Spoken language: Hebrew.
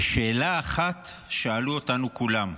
ושאלה אחת שאלו אותנו כולם,